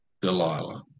Delilah